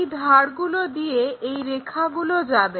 এই ধারগুলো দিয়ে এই রেখাগুলো যাবে